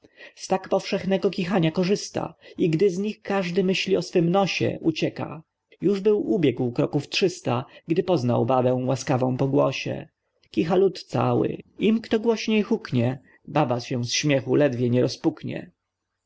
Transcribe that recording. tak powszechnego kichania korzysta i gdy z nich każdy myśli o swym nosie ucieka już był ubiegł kroków trzysta gdy poznał babę łaskawą po głosie kicha lud cały im kto głośniej huknie baba się z śmiechu ledwo nie rozpuknie